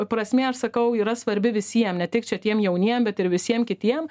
prasmė aš sakau yra svarbi visiem ne tik čia tiem jauniem bet ir visiem kitiem